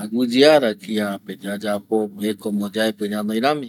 aguɨyearavi kiape yayapo es como yaepɨ ñanoi rami